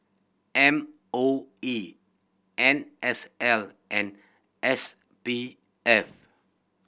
M O E N S L and S P F